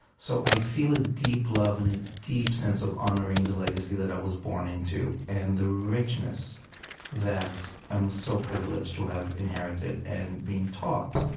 so i feel a deep love and a deep sense of honoring the legacy that i was born into and the richness that i'm so privileged to have inherited and been taught.